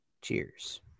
Cheers